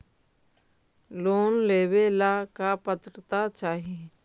Loan लेवेला का पात्रता चाही?